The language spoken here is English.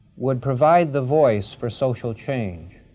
would provide the voice for social change.